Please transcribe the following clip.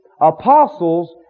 apostles